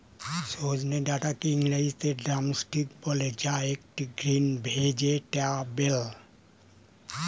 সজনে ডাটাকে ইংরেজিতে ড্রামস্টিক বলে যা একটি গ্রিন ভেজেটাবেল